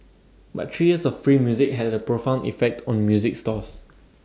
but three years of free music had A profound effect on music stores